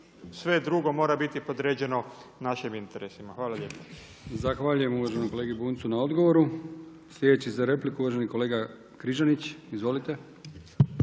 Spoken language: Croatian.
sve drugo mora biti podređeno našim interesima. Hvala lijepa. **Brkić, Milijan (HDZ)** Zahvaljujem uvaženom kolegi Bunjcu na odgovoru. Sljedeći je za repliku uvaženi kolega Križanić. Izvolite.